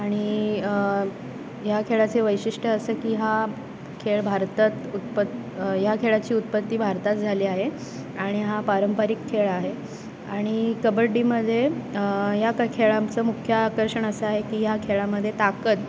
आणि या खेळाचे वैशिष्ट्य असं की हा खेळ भारतात उत्पत् या खेळाची उत्पत्ती भारतात झाली आहे आणि हा पारंपरिक खेळ आहे आणि कबड्डीमध्ये या क खेळाचं मुख्य आकर्षण असं आहे की या खेळामध्ये ताकद